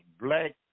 Black